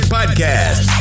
Podcast